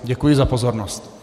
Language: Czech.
Děkuji za pozornost.